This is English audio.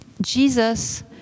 Jesus